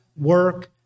work